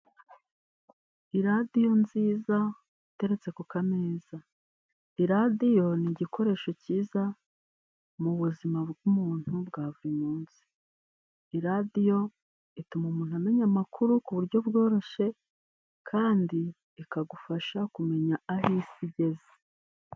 Iradiyo nziza iteretse ku kameza. Iradiyo ni igikoresho cyiza mu buzima bw'umuntu bwa buri munsi. Iradiyo ituma umuntu amenya amakuru ku buryo bworoshe kandi ikagufasha kumenya aho isi igeze.